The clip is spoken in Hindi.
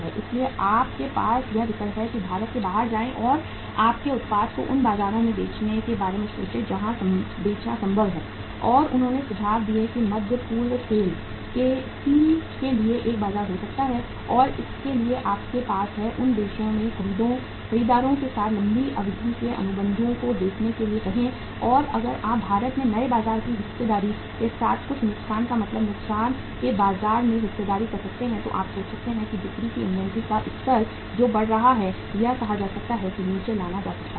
इसलिए आपके पास यह विकल्प है कि आप भारत से बाहर जाएं और अपने उत्पाद को उन बाजारों में बेचने के बारे में सोचें जहां बेचना संभव है और उन्होंने सुझाव दिया कि मध्य पूर्व सेल के स्टील के लिए एक बाजार हो सकता है और इसके लिए आपके पास है उन देशों में खरीदारों के साथ लंबी अवधि के अनुबंधों को देखने के लिए कहें और अगर आप भारत में नए बाजार में हिस्सेदारी के साथ कुछ नुकसान का मतलब नुकसान के बाजार में हिस्सेदारी कर सकते हैं तो आप सोच सकते हैं कि बिक्री कि इन्वेंट्री का स्तर जो बढ़ रहा है यह कहा जा सकता है कि नीचे लाया जा सकता है